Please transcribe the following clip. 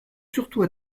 surtout